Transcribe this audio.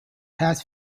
past